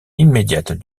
immédiate